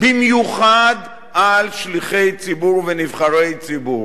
במיוחד על שליחי ציבור ונבחרי ציבור,